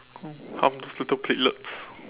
oh harm these little platelets